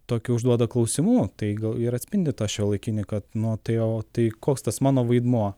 tokių užduoda klausimų tai gal ir atspindi tą šiuolaikinį kad nu tai o tai koks tas mano vaidmuo